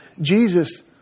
Jesus